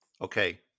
Okay